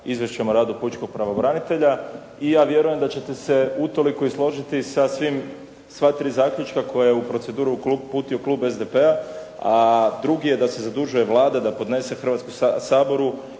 izvješćem o radu pučkog pravobranitelja i ja vjerujem da ćete se utoliko i složiti sa sva tri zaključka koje je u proceduru uputio klub SDP-a, a drugi je da se zadužuje Vlada da podnese Hrvatskom saboru